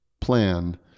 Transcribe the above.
plan